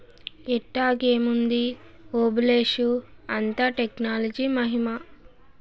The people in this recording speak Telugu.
ఎట్టాగేముంది ఓబులేషు, అంతా టెక్నాలజీ మహిమా